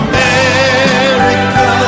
America